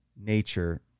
nature